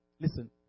Listen